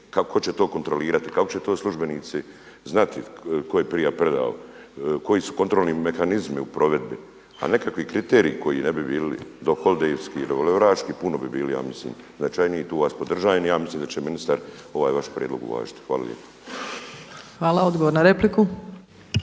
Tko će to kontrolirati? Kako će to službenici znati tko je prije predao? Koji su kontrolni mehanizmi u provedbi? A nekakvi kriteriji koji ne bi bili …/Govornik se ne razumije./… revolveraški, puno bi bili ja mislim značajniji. Tu vas podržajem i ja mislim da će ministar ovaj vaš prijedlog uvažiti. Hvala lijepa. **Opačić, Milanka